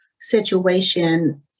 situation